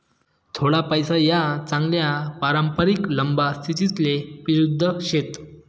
थोडा पैसा या चांगला पारंपरिक लंबा स्थितीले विरुध्द शेत